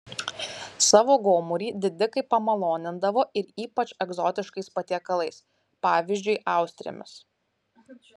savo gomurį didikai pamalonindavo ir ypač egzotiškais patiekalais pavyzdžiui austrėmis